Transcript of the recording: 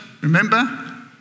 remember